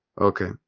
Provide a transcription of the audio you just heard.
okay